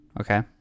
Okay